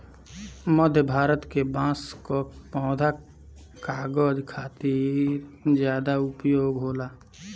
मध्य भारत के बांस कअ पौधा कागज खातिर ज्यादा उपयोग होला